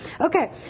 Okay